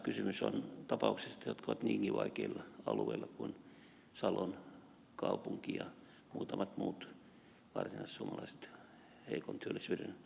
kysymys on tapauksista jotka ovat niinkin vaikeilla alueilla kuin salon kaupungissa ja muutamilla muilla varsinaissuomalaisilla heikon työllisyyden paikkakunnilla